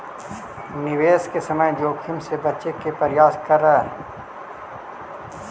निवेश के समय जोखिम से बचे के प्रयास करऽ